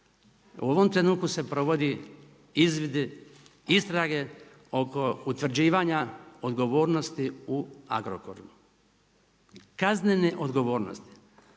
U ovom trenutku se provode izvidi istrage oko utvrđivanja odgovornosti u Agrokoru, kaznene odgovornosti.